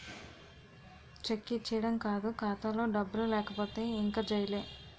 check ఇచ్చీడం కాదు ఖాతాలో డబ్బులు లేకపోతే ఇంక జైలే